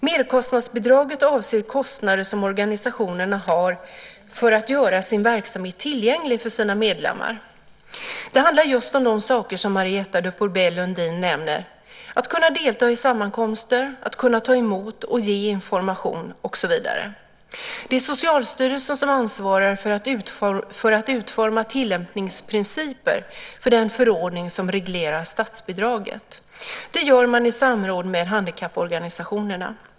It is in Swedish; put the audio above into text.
Merkostnadsbidraget avser kostnader som organisationerna har för att göra sin verksamhet tillgänglig för sina medlemmar. Det handlar just om de saker som Marietta de Pourbaix-Lundin nämner: att kunna delta i sammankomster, att kunna ta emot och ge information och så vidare. Det är Socialstyrelsen som ansvarar för att utforma tillämpningsprinciper för den förordning som reglerar statsbidraget. Det gör man i samråd med handikapporganisationerna.